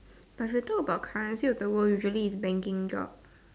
plus they talk about currency of the world usually is banking job